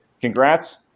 congrats